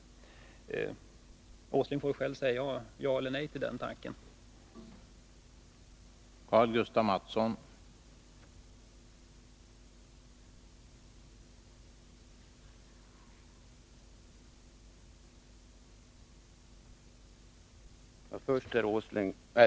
Nils Åsling får själv säga ja eller nej till den tolkningen.